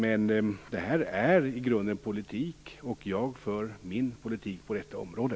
Men detta är i grunden politik, och jag för min politik på detta område.